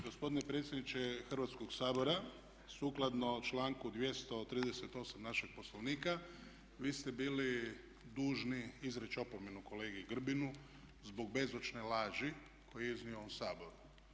Gospodine predsjedniče Hrvatskog sabora sukladno članku 238. našeg Poslovnika vi ste bili dužni izreći opomenu kolegi Grbinu zbog bezočne laži koju je iznio u ovom Saboru.